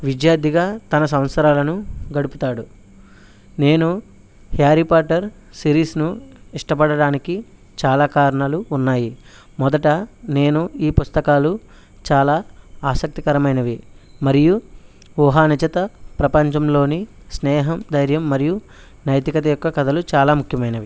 విద్యార్థిగా తన సంవత్సరాలను గడుపుతాడు నేను హ్యారీ పోట్టర్ సిరీస్ను ఇష్టపడడానికి చాలా కారణాలు ఉన్నాయి మొదట నేను ఈ పుస్తకాలు చాలా ఆసక్తికరమైనవి మరియు ఊహాజనిత ప్రపంచంలోని స్నేహం ధైర్యం మరియు నైతికత యొక్క కథలు చాలా ముఖ్యమైనవి